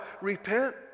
repent